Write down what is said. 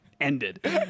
ended